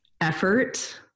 effort